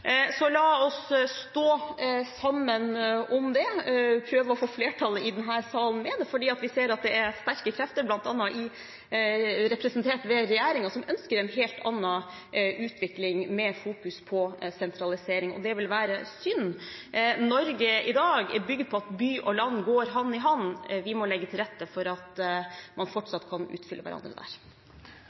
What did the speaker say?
Så la oss stå sammen om det, prøve å få flertall i denne salen for det, for vi ser at det er sterke krefter – bl.a. representert ved regjeringen – som ønsker en helt annen utvikling med sentralisering i fokus. Det vil være synd. Norge i dag er bygget på at by og land går hand i hand. Vi må legge til rette for at man fortsatt kan utfylle hverandre der.